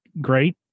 great